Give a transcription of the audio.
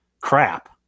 crap